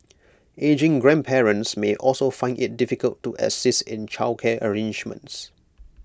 ageing grandparents may also find IT difficult to assist in childcare arrangements